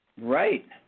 Right